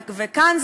וכאן,